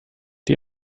die